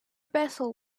vessel